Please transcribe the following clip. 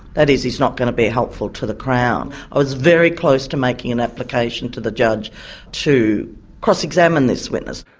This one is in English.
that is, he's not going to be helpful to the crown. i was very close to making an application to the judge to cross-examine this witness.